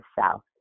south